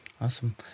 Awesome